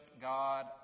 God